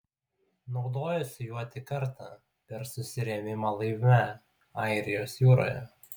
naudojosi juo tik kartą per susirėmimą laive airijos jūroje